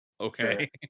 okay